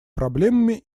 проблемами